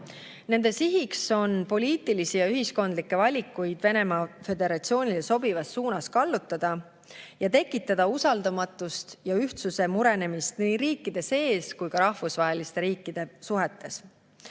Nende siht on poliitilisi ja ühiskondlikke valikuid Venemaa Föderatsioonile sobivas suunas kallutada ja tekitada usaldamatust ja ühtsuse murenemist nii riikide sees kui ka rahvusvahelistes riikide suhetes.